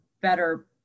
better